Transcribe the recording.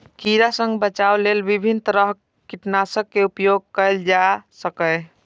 कीड़ा सं बचाव लेल विभिन्न तरहक कीटनाशक के उपयोग कैल जा सकैए